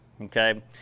okay